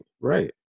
right